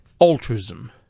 altruism